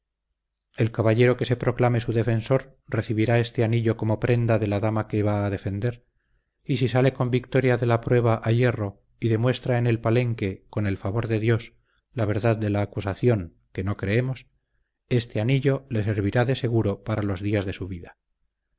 el caballero que se proclame su defensor recibirá este anillo como prenda de la dama que va a defender y si sale con victoria de la prueba a hierro y demuestra en el palenque con el favor de dios la verdad de la acusación que no creemos este anillo le servirá de seguro para los días de su vida